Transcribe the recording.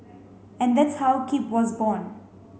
and that's how Keep was born